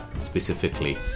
specifically